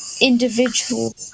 individual